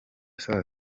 saa